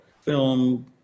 film